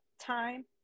Time